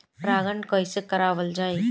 परागण कइसे करावल जाई?